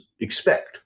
expect